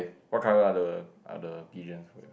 what color are the are the pigeons